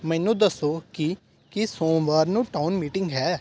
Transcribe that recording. ਮੈਨੂੰ ਦੱਸੋ ਕਿ ਕੀ ਸੋਮਵਾਰ ਨੂੰ ਟਾਊਨ ਮੀਟਿੰਗ ਹੈ